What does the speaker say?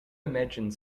imagine